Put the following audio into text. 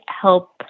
help